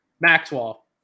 Maxwell